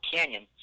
Canyon